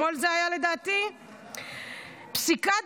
יפה מאוד, תיארתי לעצמי שלא תסכים.